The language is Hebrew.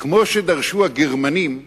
כמו שדרשו הגרמנים,